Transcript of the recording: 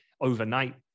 overnight